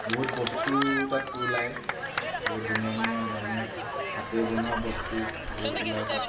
বহুত বস্তু তাত ওলায় বহুত ধুনীয়া ধুনীয়া মানুহে হাতে বনোৱা বস্তু বহুত ওলায় তাত